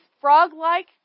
frog-like